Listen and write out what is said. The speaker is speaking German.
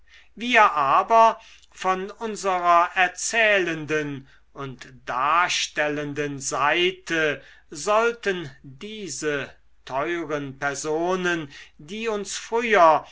wir aber von unserer erzählenden und darstellenden seite sollten diese teuren personen die uns früher